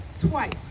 twice